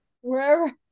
Wherever